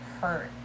hurt